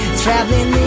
traveling